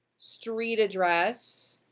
street address,